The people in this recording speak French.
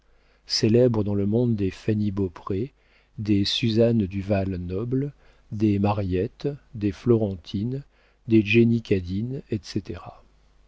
célèbre dans le monde des fanny beaupré des suzanne du val-noble des mariette des florentine des jenny cadine etc